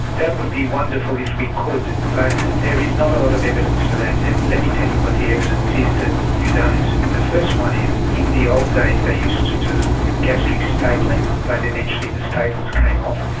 that would be wonderful if we could but there is not a lot of evidence for that and let me tell you what the evidence is that you don't. the first one is in the old days they used to do gastric stapling but eventually the staples came off,